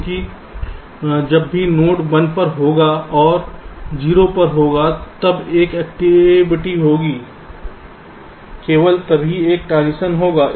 क्योंकि जब भी नोड 1 पर होगा और 0 पर होगा तब एक एक्टिविटी होगी केवल तभी एक ट्रांजिशन होगा